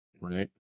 right